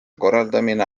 korraldamine